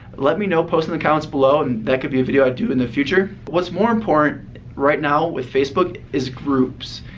let me know. post in the comments below and that could be a video i'd do in the future. but what's more important right now with facebook is groups.